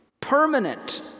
Permanent